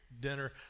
dinner